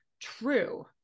true